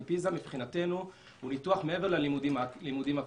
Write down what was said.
כי פיז"ה מבחינתנו הוא ניתוח מעבר ללימודים הפורמליים,